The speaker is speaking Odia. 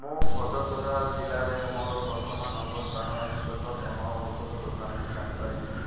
ମୁଁ ଭଦୋଦରା ଜିଲ୍ଲାରେ ମୋର ବର୍ତ୍ତମାନ ଅବସ୍ଥାନର ନିକଟତମ ଔଷଧ ଦୋକାନଟି ଜାଣିପାରିବି କି